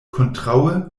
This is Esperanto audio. kontraŭe